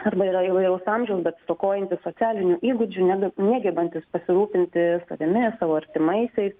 arba yra įvairaus amžiaus bet stokojantys socialinių įgūdžių nege negebantys pasirūpinti savimi savo artimaisiais